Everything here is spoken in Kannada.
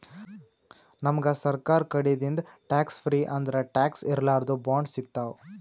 ನಮ್ಗ್ ಸರ್ಕಾರ್ ಕಡಿದಿಂದ್ ಟ್ಯಾಕ್ಸ್ ಫ್ರೀ ಅಂದ್ರ ಟ್ಯಾಕ್ಸ್ ಇರ್ಲಾರ್ದು ಬಾಂಡ್ ಸಿಗ್ತಾವ್